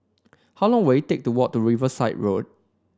how long will it take to walk to Riverside Road